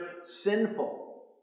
sinful